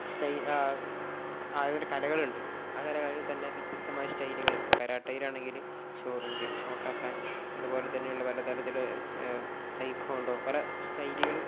സ്റ്റൈ ആയൊരു കലകളുണ്ട് ആ കലകളിൽ തന്നെ വ്യത്യസ്തമായ സ്റ്റൈലുകൾ ഇപ്പം കരാട്ടയിലാണെങ്കിൽ ഷോറിൻ്റ് ഷോട്ടാക്കാൻ അതു പോലെ തന്നെയുള്ള പല തരത്തിൽ തൈക്കോണ്ടോ പല സ്റ്റൈലുകൾ